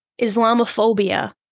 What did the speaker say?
Islamophobia